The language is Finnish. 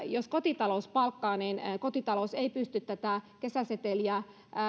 jos kotitalous palkkaa niin kotitalous ei tietenkään pysty tätä kesäseteliä